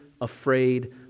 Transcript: afraid